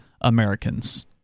americans